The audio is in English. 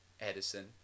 Edison